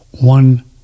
one